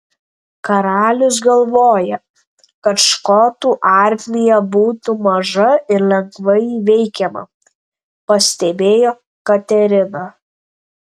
karalius galvoja kad škotų armija būtų maža ir lengvai įveikiama pastebėjo katerina